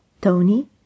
Tony